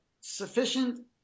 sufficient